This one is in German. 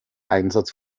einsatz